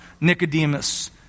Nicodemus